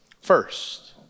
first